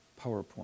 PowerPoint